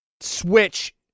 Switch